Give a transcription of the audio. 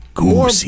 more